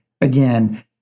Again